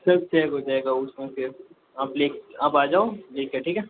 सब चेक हो जाएगा उसमें फिर आप ले आप आ जाओ लेके ठीक है